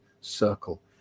circle